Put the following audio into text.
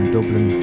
Dublin